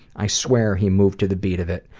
i swear he moved to the beat of it.